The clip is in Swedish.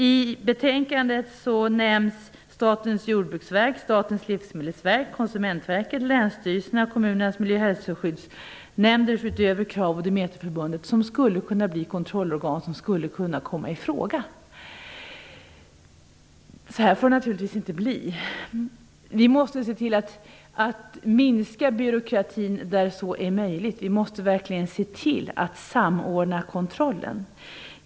I betänkandet nämns Statens jordbruksverk, Statens livsmedelsverk, Konsumentverket, länsstyrelserna, kommunernas miljö och hälsoskyddsnämnder, KRAV och Demeterförbundet som skulle kunna komma i fråga som kontrollorgan. Så får det naturligtvis inte bli. Vi måste se till att minska byråkratin där så är möjligt. Vi måste verkligen se till att samordna kontrollen.